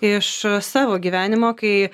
iš savo gyvenimo kai